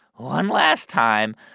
one last time.